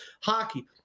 hockey